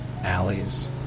alleys